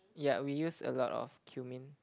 ya we use a lot of cumin